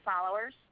followers